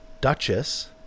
Duchess